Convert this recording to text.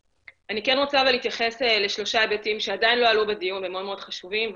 רוצה להתייחס לשלושה היבטים שעדין לא עלו בדיון ובהזדמנות